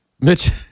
Mitch